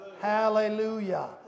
Hallelujah